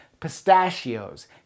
pistachios